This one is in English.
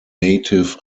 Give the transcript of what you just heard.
native